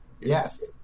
yes